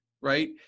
right